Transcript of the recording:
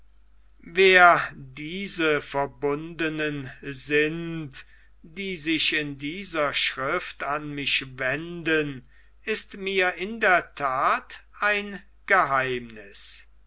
wer diese verbundenen sind die sich in dieser schrift an mich wenden ist mir in der that ein geheimniß